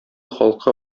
халкы